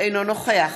אינו נוכח